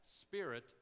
spirit